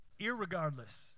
irregardless